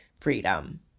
freedom